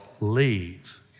leave